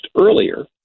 earlier